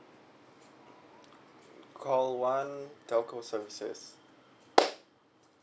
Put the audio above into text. call one telco services